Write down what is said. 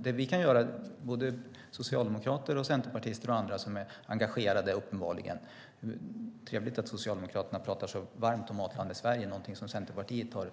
Det vi kan göra, både socialdemokrater och centerpartister och andra som uppenbarligen är engagerade - det är trevligt att Socialdemokraterna pratar så varmt om Matlandet Sverige som ju är någonting som Centerpartiet har